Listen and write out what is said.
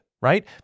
right